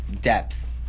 depth